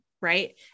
right